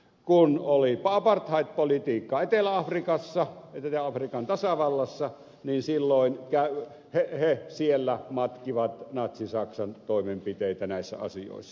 kun oli apartheidpolitiikka etelä afrikan tasavallassa niin silloin he siellä matkivat natsi saksan toimenpiteitä näissä asioissa